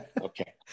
okay